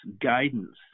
guidance